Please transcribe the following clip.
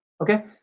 okay